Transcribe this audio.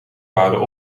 waren